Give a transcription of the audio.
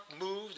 moved